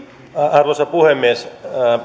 arvoisa puhemies